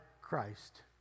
Christ